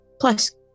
Plus